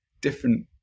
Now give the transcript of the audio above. different